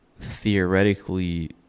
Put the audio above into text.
theoretically